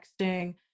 texting